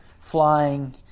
flying